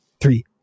three